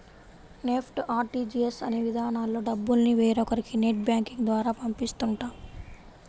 NEFT, RTGS అనే విధానాల్లో డబ్బుల్ని వేరొకరికి నెట్ బ్యాంకింగ్ ద్వారా పంపిస్తుంటాం